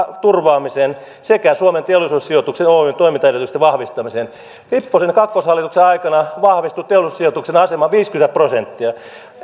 turvaamiseen sekä suomen teollisuussijoitus oyn toimintaedellytysten vahvistamiseen lipposen kakkoshallituksen aikana vahvistui teollisuussijoituksen asema viisikymmentä prosenttia